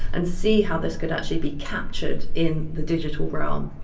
and see how this could actually be captured in the digital realm.